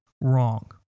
wrong